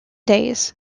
days